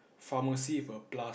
pharmacy with a plus